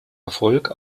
erfolg